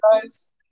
guys